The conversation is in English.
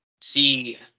see